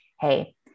hey